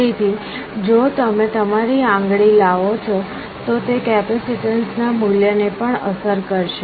તેથી જો તમે તમારી આંગળી લાવો છો તો તે કેપેસિટન્સના મૂલ્ય ને પણ અસર કરશે